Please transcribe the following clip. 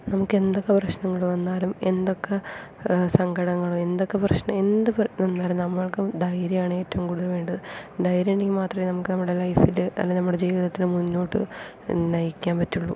നമുക്ക് എന്തൊക്കെ പ്രശ്നങ്ങൾ വന്നാലും എന്തൊക്കെ സങ്കടങ്ങളും എന്തൊക്കെ പ്രശ്നം എന്ത് പ്രശ്നം വാന്നാലും നമ്മൾക്ക് ധൈര്യമാണ് ഏറ്റവും കൂടുതൽ വേണ്ടത് ധൈര്യമുണ്ടെങ്കിൽ മാത്രമേ നമുക്ക് നമ്മുടെ ലൈഫിൽ അല്ല നമ്മുടെ ജീവിതത്തിൽ മുന്നോട്ട് നയിക്കാൻ പറ്റുള്ളൂ